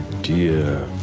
dear